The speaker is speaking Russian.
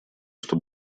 что